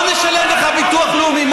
לא נשלם לך ביטוח לאומי.